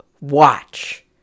WATCH